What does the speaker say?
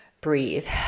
breathe